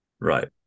Right